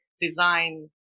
design